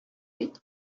бит